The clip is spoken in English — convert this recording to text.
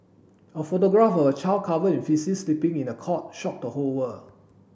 a photograph of a child covered in faeces sleeping in a cot shock the whole world